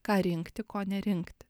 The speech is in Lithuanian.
ką rinkti ko nerinkti